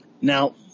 Now